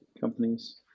companies